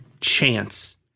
chance